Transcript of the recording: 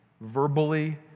verbally